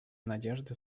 надежды